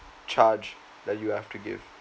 charge that you'll have to give